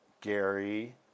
Gary